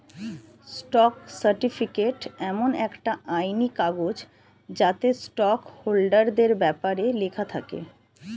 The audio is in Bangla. স্টক সার্টিফিকেট এমন একটা আইনি কাগজ যাতে স্টক হোল্ডারদের ব্যপারে লেখা থাকে